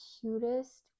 cutest